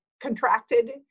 contracted